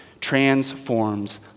transforms